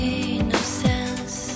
innocence